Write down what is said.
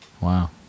Wow